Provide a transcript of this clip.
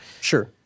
Sure